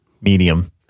medium